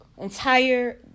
entire